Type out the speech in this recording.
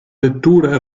lettura